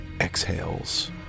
exhales